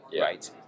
right